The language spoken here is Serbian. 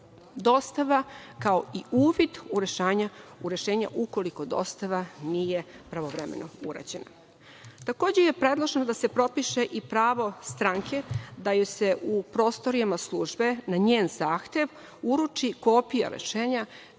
dostava, kao i uvid u rešenja ukoliko dostava nije pravovremeno urađena. Takođe je predloženo da se propiše i pravo stranke da joj se u prostorijama službe na njen zahtev uruči kopija rešenja